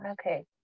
okay